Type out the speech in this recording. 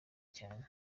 cyane